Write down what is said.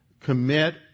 commit